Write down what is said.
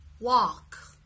Walk